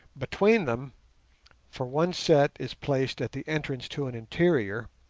between them for one set is placed at the entrance to an interior,